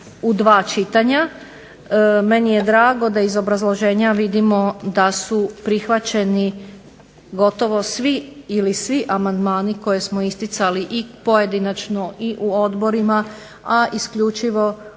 u dva čitanja, meni je drago da iz obrazloženja vidimo da su prihvaćeni gotovo svi ili svi amandmani koje smo isticali i pojedinačno i u Odbora, a ne u cilju